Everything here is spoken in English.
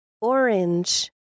orange